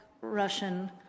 Russian